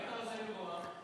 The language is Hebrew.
מה היית עושה במקומם?